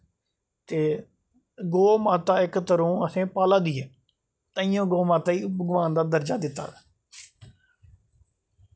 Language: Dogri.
ते गौ माता इक तराह असेंगी पाला दी ऐ ताहियें गौ माता गी भगनान दा दर्जा दित्ता